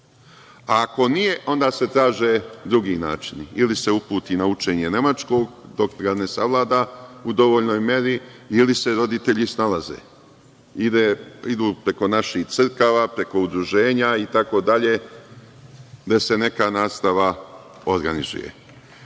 a ako nije, onda se traže drugi načini, ili se uputi na učenje nemačkog dok ga ne savlada u dovoljnoj meri ili se roditelji snalaze, idu preko naših crkava, preko udruženja itd, gde se neka nastava organizuje. Prema